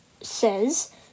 says